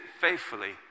faithfully